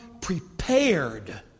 prepared